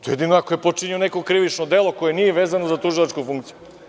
To jedino ako je počinio neko krivično delo koje nije vezano za tužilačku funkciju.